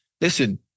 Listen